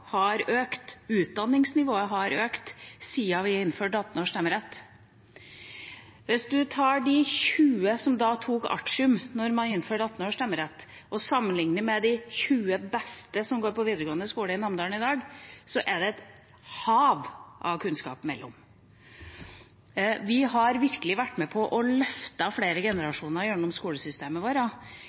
utdanningsnivået har økt siden vi innførte stemmerett for 18-åringer. Hvis man tar de 20 som tok artium da man innførte stemmerett for 18-åringer, og sammenligner med de 20 beste som går på videregående skole i Namdalen i dag, er det et hav av kunnskap imellom. Vi har virkelig vært med på å løfte flere generasjoner gjennom skolesystemet vårt.